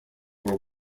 were